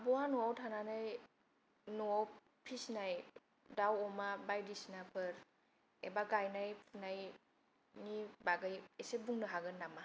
आब'आ न'आव थानानै न'आव फिसिनाय दाउ अमा बायदिसिना फोर एबा गायनाय फुनायनि बागै एसे बुंनो हागोन नामा